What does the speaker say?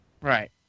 Right